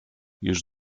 już